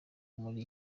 muri